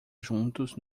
juntos